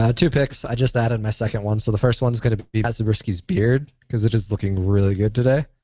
ah two picks, i just added my second one. so the first one's gonna be matt zibiskie's beard because it is looking really good today.